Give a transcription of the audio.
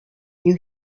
knew